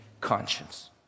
conscience